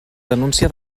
denúncia